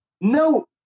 No